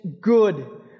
good